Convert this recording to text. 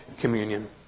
communion